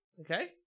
Okay